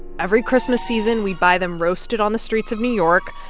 every christmas season, we buy them roasted on the streets of new york.